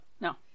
No